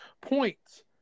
points